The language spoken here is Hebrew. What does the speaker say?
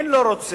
אין "לא רוצה".